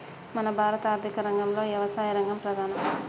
మన భారత ఆర్థిక రంగంలో యవసాయ రంగం ప్రధానం